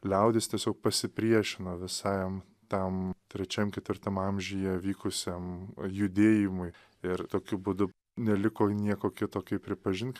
liaudis tiesiog pasipriešino visajam tam trečiam ketvirtam amžiuje vykusiam judėjimui ir tokiu būdu neliko nieko kito kaip pripažint